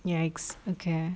ya ex~ okay